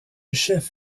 chef